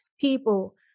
people